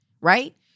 right